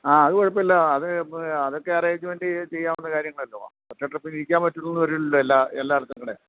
ആ അത് കുഴപ്പം ഇല്ല അത് അതൊക്കെ അറേജ്മെൻറ്റ് ചെയ്യാവുന്ന കാര്യങ്ങളല്ലോ ഒറ്റ ട്രിപ്പിന് ഇരിക്കാൻ പറ്റുന്നു എന്ന് വരില്ലല്ലോ എല്ലാ എല്ലാവർക്കുംകൂടെ